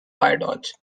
pytorch